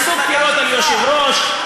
תעשו בחירות על יושב-ראש,